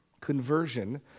Conversion